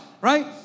right